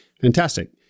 Fantastic